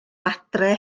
adre